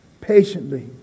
patiently